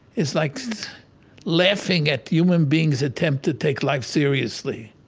it's like laughing at human beings attempt to take life seriously.